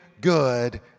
good